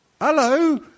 hello